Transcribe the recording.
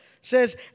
says